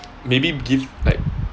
maybe give like